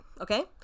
Okay